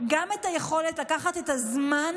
את היכולת לקחת את הזמן